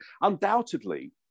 undoubtedly